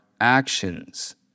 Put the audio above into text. actions